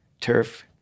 turf